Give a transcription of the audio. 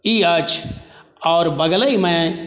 ई अछि आओर बगलहिमे